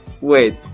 wait